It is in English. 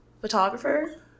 Photographer